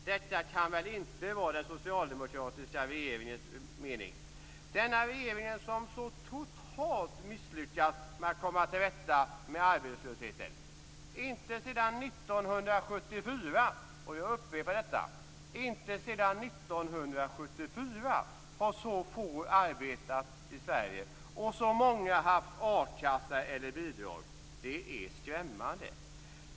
Detta kan väl inte vara den socialdemokratiska regeringens mening. Denna regering har ju totalt misslyckats med att komma till rätta med arbetslösheten. Inte sedan 1974 har så få arbetat i Sverige och så många haft a-kassa eller bidrag. Det är skrämmande.